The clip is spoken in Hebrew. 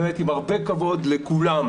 ובאמת עם הרבה כבוד לכולם,